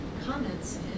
comments